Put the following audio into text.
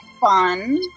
fun